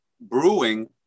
brewing